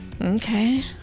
Okay